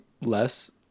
less